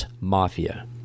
mafia